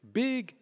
big